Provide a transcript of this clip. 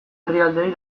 herrialdeei